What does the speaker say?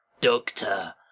Doctor